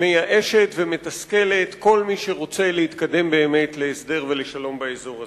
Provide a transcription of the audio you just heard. מייאשת ומתסכלת כל מי שרוצה באמת להתקדם להסדר ולשלום באזור הזה.